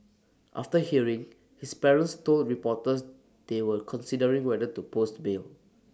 after hearing his parents told reporters they were considering whether to post bail